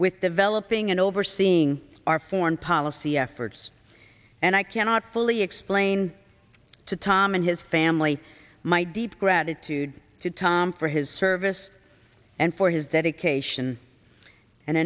with developing and overseeing our foreign policy efforts and i cannot fully explain to tom and his family my deep gratitude to tom for his service and for his dedication and